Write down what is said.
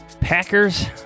Packers